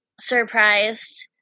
surprised